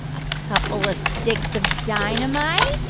a couple of sticks of dynamite